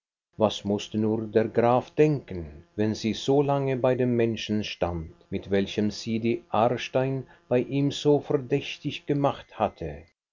sich was mußte nur der graf denken wenn sie so lange bei dem menschen stand mit welchem sie die aarstein bei ihm so verdächtig gemacht hatte